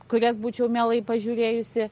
kurias būčiau mielai pažiūrėjusi